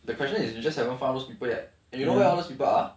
the question is you just haven't found those people yet and you why others people are